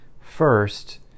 first